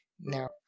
now